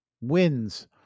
wins